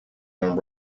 and